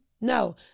No